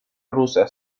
rusa